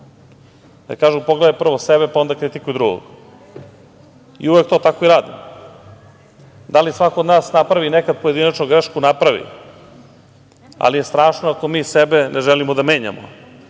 Kažu – pogledaj prvo sebe, pa onda kritikuj drugog. Uvek to tako i radimo. Da li svako od nas napravi nekad pojedinačnu grešku? Napravi, ali je strašno ako mi sebe ne želimo da menjamo,